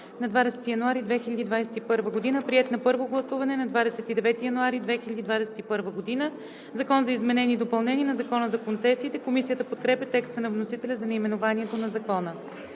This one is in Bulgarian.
на 20 януари 2021 г., приет на първо гласуване на 29 януари 2021 г. „Закон за изменение и допълнение на Закона за концесиите“.“ Комисията подкрепа текста на вносителя за наименованието на Закона.